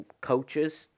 coaches